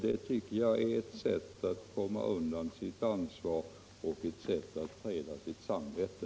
Det tycker jag bara är ett sätt att komma undan sitt ansvar och freda sitt samvete.